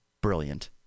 brilliant